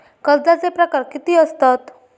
कर्जाचे प्रकार कीती असतत?